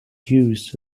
hughes